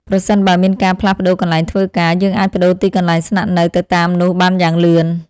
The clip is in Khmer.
ប្រសិនបើមានការផ្លាស់ប្តូរកន្លែងធ្វើការ យើងអាចប្តូរទីកន្លែងស្នាក់នៅទៅតាមនោះបានយ៉ាងលឿន។